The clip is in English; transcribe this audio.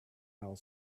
our